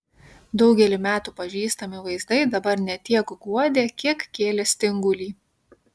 daugelį metų pažįstami vaizdai dabar ne tiek guodė kiek kėlė stingulį